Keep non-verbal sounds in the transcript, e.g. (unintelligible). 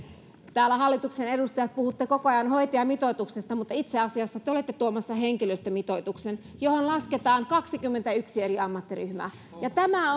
täällä te hallituksen edustajat puhutte koko ajan hoitajamitoituksesta mutta itse asiassa te olette tuomassa henkilöstömitoituksen johon lasketaan kaksikymmentäyksi eri ammattiryhmää tämä (unintelligible)